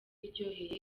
iryoheye